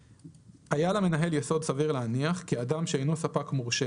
היה למנהל יסוד סביר להניח כי אדם שאינו ספק מורשה